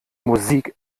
musik